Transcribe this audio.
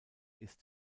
ist